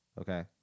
Okay